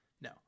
No